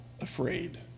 afraid